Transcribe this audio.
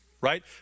right